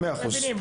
את זה מבינים,